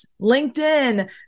LinkedIn